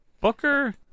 Booker